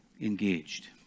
engaged